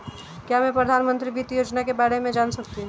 क्या मैं प्रधानमंत्री वित्त योजना के बारे में जान सकती हूँ?